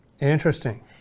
Interesting